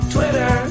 Twitter